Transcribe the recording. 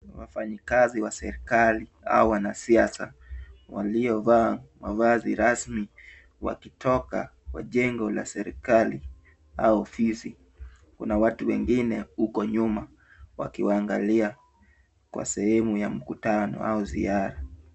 Wafanyakazi wa serikali au wanasiasa waliovaa mavazi rasmi wakitoka kwa jengo la serikali au ofisi. Kuna watu wengine huko nyuma wakiwaangalia kwa sehemu ya mkutano au ziara